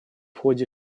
ходе